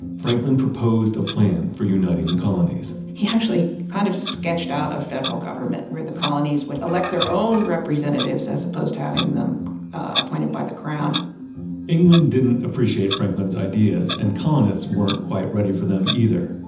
franklin proposed a plan for uniting the colonies he actually kind of sketched out of federal government where the colonies would elect their own representatives as opposed to having them appointed by the crown england didn't appreciate franklin's ideas and colonists weren't quite ready for them either,